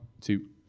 two